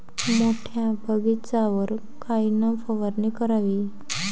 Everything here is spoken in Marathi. मोठ्या बगीचावर कायन फवारनी करावी?